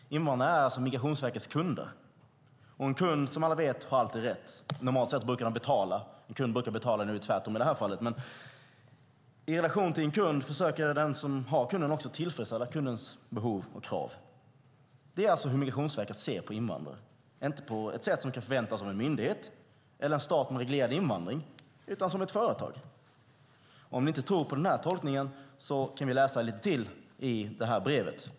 Invandrare är Migrationsverkets kunder, och en kund har - som alla vet - alltid rätt. Normalt sett brukar en kund betala; i detta fall är det tvärtom. I relation till en kund försöker den som har kunden också tillfredsställa kundens behov och krav. På detta sätt ser alltså Migrationsverket på invandrare, inte på ett sätt som kan förväntas av en myndighet eller en stat med reglerad invandring, utan som ett företag. Om ni inte tror på denna tolkning kan vi läsa lite mer ur detta brev.